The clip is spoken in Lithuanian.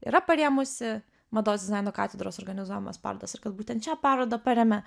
yra parėmusi mados dizaino katedros organizuojamas parodas ir kad būtent šią parodą parėmė